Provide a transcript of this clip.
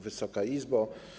Wysoka Izbo!